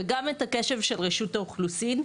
וגם את הקשב של רשות האוכלוסין.